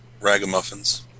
Ragamuffins